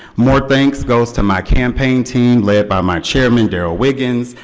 more thanks goes to my campaign team, led by my chairman darrell wiggins,